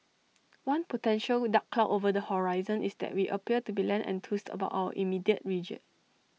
one potential dark cloud over the horizon is that we appear to be less enthused about our immediate region